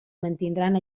mantindran